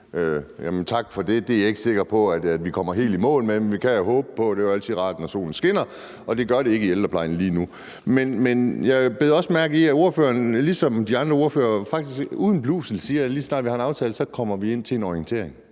Tak for det. Det er jeg ikke sikker på vi kommer helt i mål med, men vi kan jo håbe på det, for det er altid rart, når solen skinner, og det gør den ikke i ældreplejen lige nu. Jeg bed også mærke i, at ordføreren ligesom de andre ordførere faktisk uden blusel siger, at lige så snart man har en aftale, kommer vi ind til en orientering.